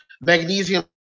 Magnesium